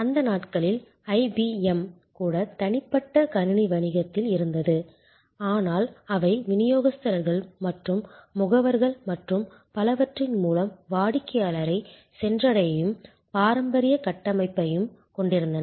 அந்த நாட்களில் ஐபிஎம் கூட தனிப்பட்ட கணினி வணிகத்தில் இருந்தது ஆனால் அவை விநியோகஸ்தர்கள் மற்றும் முகவர்கள் மற்றும் பலவற்றின் மூலம் வாடிக்கையாளரை சென்றடையும் பாரம்பரிய கட்டமைப்பையும் கொண்டிருந்தன